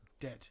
dead